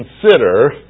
consider